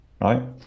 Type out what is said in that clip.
right